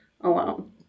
alone